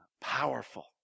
powerful